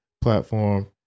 platform